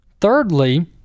thirdly